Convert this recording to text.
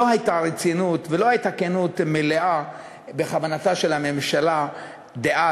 שלא הייתה רצינות ולא הייתה כנות מלאה בכוונתה של הממשלה דאז,